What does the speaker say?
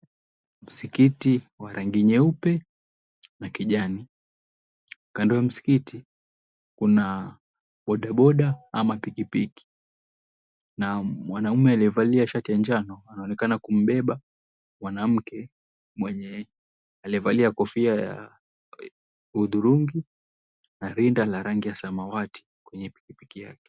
Msikiti wa rangi nyeupe na kijani, kando ya msikiti, kuna bodaboda ama pikipiki na mwanaume aliyevalia shati ya njano anaonekana kumbeba mwanamke mwenye aliyevalia kofia ya hudhurungi na rinda la rangi ya samawati kwenye pikipiki yake.